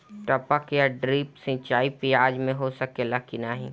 टपक या ड्रिप सिंचाई प्याज में हो सकेला की नाही?